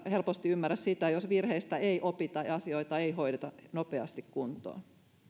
helposti ymmärrä sitä jos virheistä ei opita ja asioita ei hoideta nopeasti kuntoon